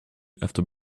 after